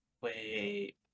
Wait